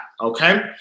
okay